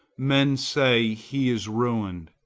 men say he is ruined.